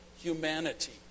humanity